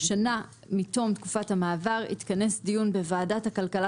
'שנה מתום תקופת המעבר יתכנס דיון בוועדת הכלכלה